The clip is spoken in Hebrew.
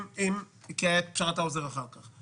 כי הייתה פשרת האוזר אחר כך.